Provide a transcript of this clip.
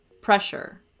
pressure